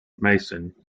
mason